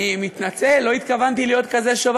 אני מתנצל, לא התכוונתי להיות כזה שובב.